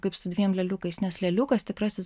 kaip su dviem lėliukais nes lėliukas tikrasis